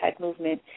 movement